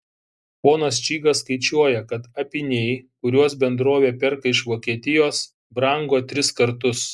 ponas čygas skaičiuoja kad apyniai kuriuos bendrovė perka iš vokietijos brango tris kartus